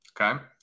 Okay